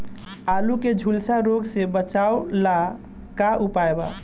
आलू के झुलसा रोग से बचाव ला का उपाय बा?